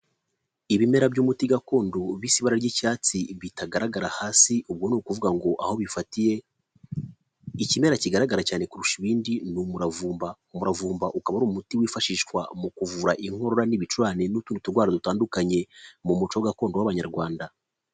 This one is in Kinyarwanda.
Ibimera by'umuti gakondo bisa ibara ry'icyatsi bitagaragara hasi, ubu ni ukuvuga ngo aho bifatiye ikimera kigaragara cyane kurusha ibindi ni umuravumba. Umuravumba ukaba ari umuti wifashishwa mu kuvura inkorora n'ibicurane n'utundi turwaro dutandukanye mu muco gakondo w'abanyarwanda.